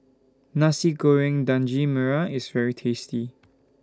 Nasi Goreng Daging Merah IS very tasty